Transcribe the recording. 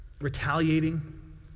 retaliating